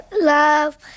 love